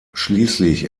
schließlich